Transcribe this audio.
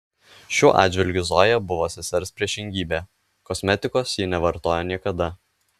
šiuo atžvilgiu zoja buvo sesers priešingybė kosmetikos ji nevartojo niekada